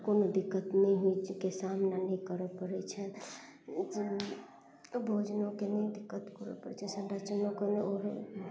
कोनो दिक्कत नहि होइके सामना नै करऽ पड़ै छै भोजनो के नै दिक्कत करऽ पड़ै छै संरचनो कऽ नै और